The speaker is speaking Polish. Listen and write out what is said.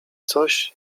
coś